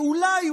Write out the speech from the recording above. כי אולי,